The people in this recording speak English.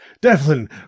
Devlin